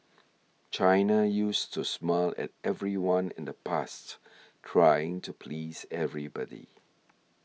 China used to smile at everyone in the past trying to please everybody